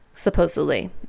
supposedly